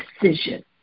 decision